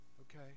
Okay